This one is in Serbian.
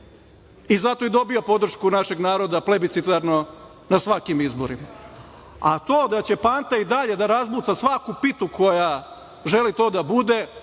i zato i dobija podršku od našeg naroda, plebicitarno na svakim izborima. A, to da će Panta i dalje da razbuca svaku pitu koja želi to da bude,